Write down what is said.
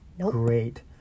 great